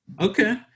Okay